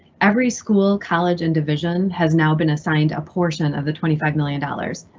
every school college and division has now been assigned a portion of the twenty five million dollars.